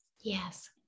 Yes